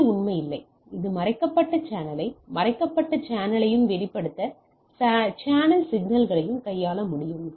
அது உண்மையில் இல்லை இந்த மறைக்கப்பட்ட சேனலை மறைக்கப்பட்ட சேனலையும் வெளிப்படுத்தப்பட்ட சேனல் சிக்கல்களையும் கையாள முடியும்